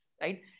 right